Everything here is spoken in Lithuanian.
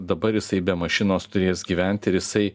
dabar jisai be mašinos turės gyvent ir jisai